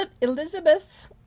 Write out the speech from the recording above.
Elizabeth